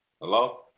Hello